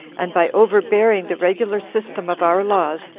and, by overbearing the regular system of our laws,